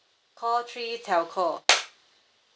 call three telco